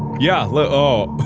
yeah. let ohh